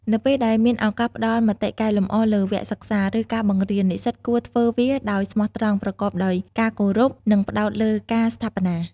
នៅពេលដែលមានឱកាសផ្តល់មតិកែលម្អលើវគ្គសិក្សា ឬការបង្រៀន និស្សិតគួរធ្វើវាដោយស្មោះត្រង់ ប្រកបដោយការគោរព និងផ្តោតលើការស្ថាបនា។